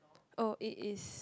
oh it is